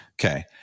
Okay